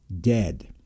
dead